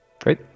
Great